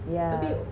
yeah